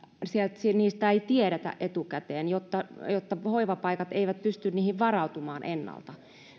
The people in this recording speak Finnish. niistä ei tiedetä etukäteen jotta jotta hoivapaikat eivät pysty niihin varautumaan ennalta